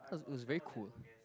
cause it was very cool